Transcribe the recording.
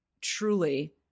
truly